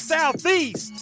Southeast